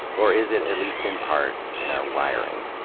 or is it, at least in part, in our wiring?